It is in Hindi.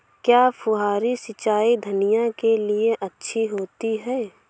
क्या फुहारी सिंचाई धनिया के लिए अच्छी होती है?